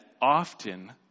often